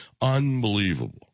unbelievable